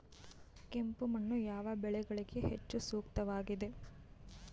ಕೆಂಪು ಮಣ್ಣು ಯಾವ ಬೆಳೆಗಳಿಗೆ ಹೆಚ್ಚು ಸೂಕ್ತವಾಗಿದೆ?